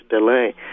delay